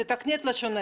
קודם כול תתקני את לשונך.